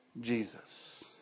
Jesus